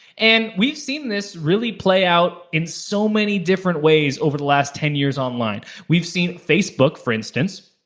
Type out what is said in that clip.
and we've seen this really play out in so many different ways over the last ten years online. we've seen facebook, for instance,